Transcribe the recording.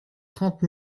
trente